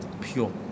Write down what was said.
Pure